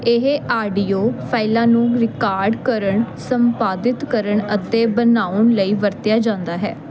ਇਹ ਆਡੀਓ ਫਾਈਲਾਂ ਨੂੰ ਰਿਕਾਰਡ ਕਰਨ ਸੰਪਾਦਿਤ ਕਰਨ ਅਤੇ ਬਣਾਉਣ ਲਈ ਵਰਤਿਆ ਜਾਂਦਾ ਹੈ